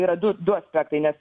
yra du du aspektai nes